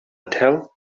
tell